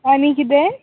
आनी कितें